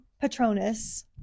patronus